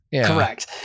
Correct